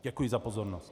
Děkuji za pozornost.